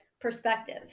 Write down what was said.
perspective